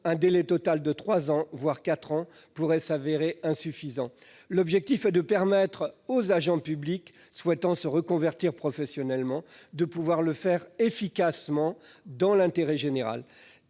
un délai total de trois ou quatre ans pourrait en effet se révéler insuffisant. L'objectif est de permettre aux agents publics souhaitant se reconvertir professionnellement de le faire efficacement, dans l'intérêt général.